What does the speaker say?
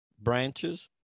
branches